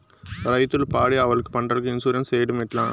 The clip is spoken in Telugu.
రైతులు పాడి ఆవులకు, పంటలకు, ఇన్సూరెన్సు సేయడం ఎట్లా?